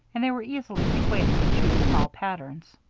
and they were easily persuaded to choose small patterns.